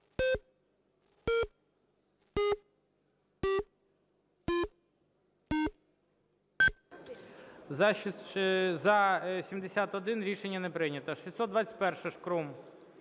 За-71 Рішення не прийнято. 621-а, Шкрум.